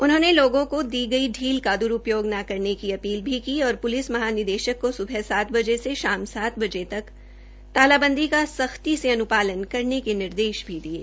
उन्होंने लोगों को दी गई ढील का द्रूपयोग न करने की अपील भी की है और प्लिस महा निदेशक को स्बह सात बजे से शाम बजे तक तालाबंदी का सख्ती से अन्पालन कराने के निर्देश भी दिये